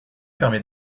permet